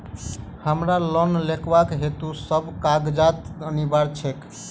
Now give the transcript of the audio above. हमरा लोन लेबाक हेतु की सब कागजात अनिवार्य छैक?